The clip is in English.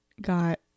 got